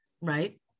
Right